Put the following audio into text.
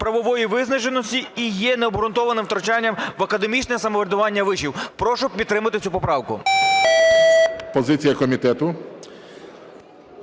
правової визначеності і необґрунтованим втручанням в академічне самоврядування вишів. Прошу підтримати цю поправку. ГОЛОВУЮЧИЙ. Позиція комітету.